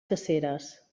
caceres